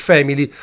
Family